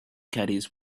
caddies